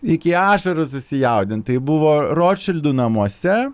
iki ašarų susijaudint tai buvo rotšildų namuose